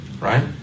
right